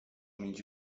mieć